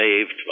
saved